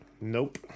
Nope